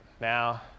now